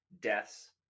deaths